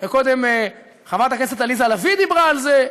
וקודם חברת הכנסת עליזה לביא דיברה על זה,